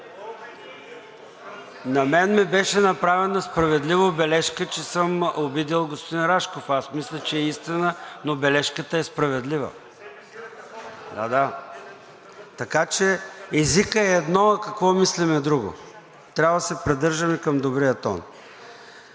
На мен ми беше направена справедливо бележка, че съм обидил господин Рашков. Аз мисля, че е истина, но бележката е справедлива. Така че, езикът е едно, а какво мислим е друго. Трябва да се придържаме към добрия тон.